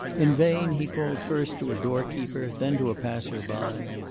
in vain he called first to a doorkeeper, then to a passer-by.